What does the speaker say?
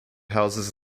houses